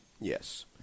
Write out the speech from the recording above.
yes